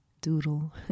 doodle